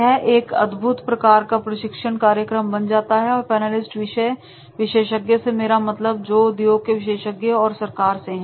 यह एक अद्भुत प्रकार का प्रशिक्षण कार्यक्रम बन जाता है और पैनलिस्ट विषय विशेषज्ञ से मेरा मतलब जो उद्योग के विशेषज्ञ हैं और सरकार से हैं